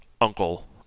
uncle